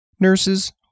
Nurses